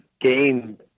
game